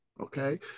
okay